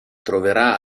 troverà